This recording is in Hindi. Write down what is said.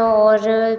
और